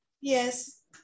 Yes